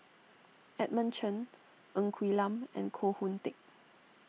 Edmund Chen Ng Quee Lam and Koh Hoon Teck